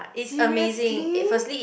seriously